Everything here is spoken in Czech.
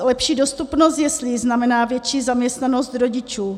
Lepší dostupnost jeslí znamená větší zaměstnanost rodičů.